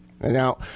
Now